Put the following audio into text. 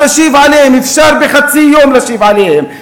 אז להשיב עליהן, אפשר בחצי יום להשיב עליהן.